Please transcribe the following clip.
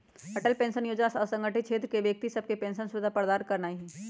Atal pension जोजना असंगठित क्षेत्र के व्यक्ति सभके पेंशन सुविधा प्रदान करनाइ हइ